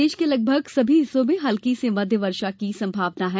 प्रदेश के लगभग सभी हिस्सों में हलकी से मध्य वर्षा की संभावना है